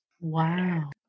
Wow